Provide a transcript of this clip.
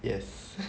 yes